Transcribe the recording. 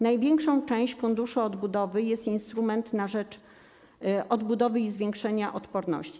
Największą częścią Funduszu Odbudowy jest instrument na rzecz odbudowy i zwiększenia odporności.